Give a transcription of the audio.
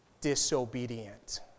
disobedient